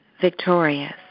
victorious